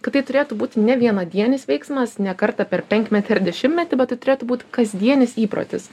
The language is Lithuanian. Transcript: kad tai turėtų būti ne vienadienis veiksmas ne kartą per penkmetį ar dešimtmetį bet tai turėtų būt kasdienis įprotis